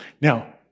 now